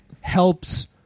helps